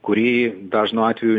kuri dažnu atveju